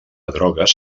drogues